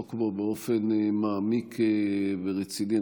שנעסוק בו באופן מעמיק ורציני.